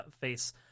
face